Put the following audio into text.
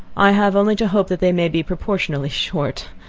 i have only to hope that they may be proportionately short.